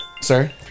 Sir